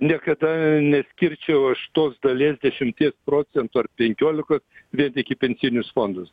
niekada neskirčiau aš tos dalies dešimties procentų ar penkiolikos vien tik į pensijinius fondus